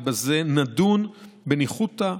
ובזה נדון בניחותא,